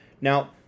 Now